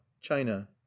china